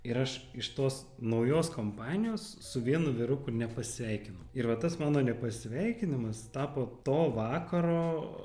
ir aš iš tos naujos kompanijos su vienu vyruku nepasveikinau ir va tas mano nepasisveikinimas tapo to vakaro